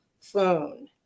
phone